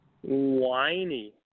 Whiny